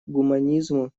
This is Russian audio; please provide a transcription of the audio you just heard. гуманизму